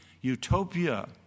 utopia